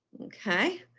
okay,